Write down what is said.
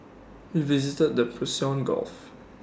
we visited the Persian gulf